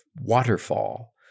waterfall